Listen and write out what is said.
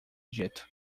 dito